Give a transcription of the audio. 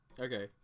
Okay